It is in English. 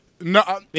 No